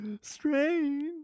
Strange